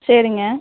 சரிங்க